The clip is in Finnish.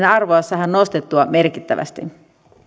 arvoa saadaan nostettua merkittävästi